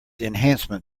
enhancement